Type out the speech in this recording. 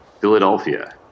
Philadelphia